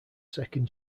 second